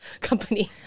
company